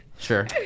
sure